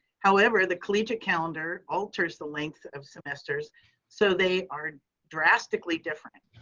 however, the collegiate calendar alters the length of semesters so they are drastically different.